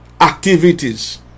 activities